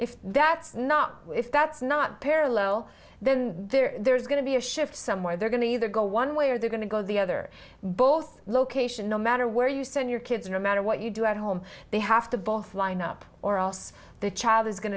if that's not if that's not parallel then there's going to be a shift somewhere they're going to either go one way or they're going to go the other both location no matter where you send your kids no matter what you do at home they have to both line up or else the child is going